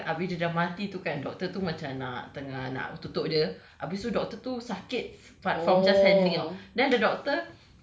ah dia sakit biasa habis dia dah mati tu kan doctor tu macam nak tengah nak tutup dia habis tu doctor tu sakit but from just sending tahu